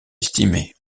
estimer